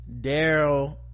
Daryl